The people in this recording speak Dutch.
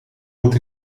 moet